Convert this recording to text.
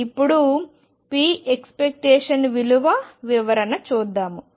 ఇప్పుడు p expectation విలువ వివరణ చూద్దాము